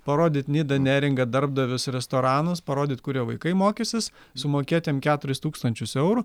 parodyt nidą neringą darbdavius restoranus parodyt kur jo vaikai mokysis sumokėt jam keturis tūkstančius eurų